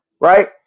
Right